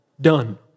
Done